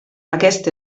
aquest